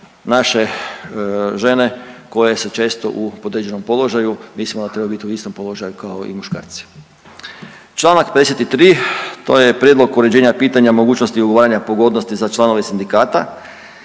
naše žene koje su često u podređenom položaju, mislimo da trebaju bit u istom položaju kao i muškarci. Čl. 53. to je prijedlog uređenja pitanja mogućnosti ugovaranja pogodnosti za članove sindikata